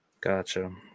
Gotcha